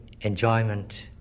enjoyment